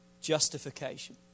justification